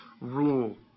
rule